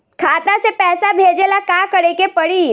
खाता से पैसा भेजे ला का करे के पड़ी?